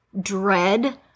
dread